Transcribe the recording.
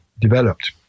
developed